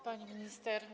Pani Minister!